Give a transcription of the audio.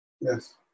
Yes